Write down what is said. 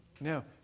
No